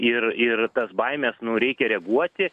ir ir tas baimes nu reikia reaguoti